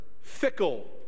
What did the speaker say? fickle